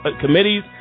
Committee's